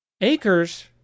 acres